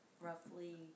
roughly